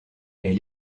est